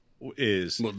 is-